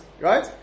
Right